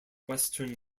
western